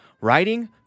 writing